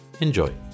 Enjoy